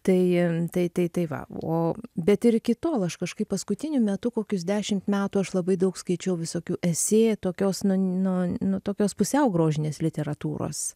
tai tai tai tai va o bet ir iki tol aš kažkaip paskutiniu metu kokius dešimt metų aš labai daug skaičiau visokių esė tokios nu nu nu tokios pusiau grožinės literatūros